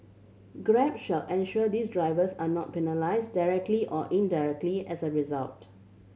grab shall ensure these drivers are not penalise directly or indirectly as a result